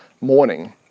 morning